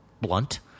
blunt